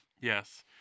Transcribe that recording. Yes